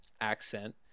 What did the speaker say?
accent